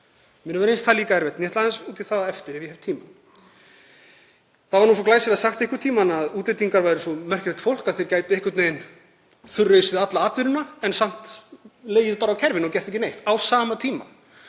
Mér hefur reynst það erfitt, en ég ætla aðeins út í það á eftir ef ég hef tíma. Það var svo glæsilega sagt einhvern tímann að útlendingar væru svo merkilegt fólk að þeir gætu einhvern veginn þurrausið alla atvinnuna en samt legið bara á kerfinu og gert ekki neitt á sama tíma.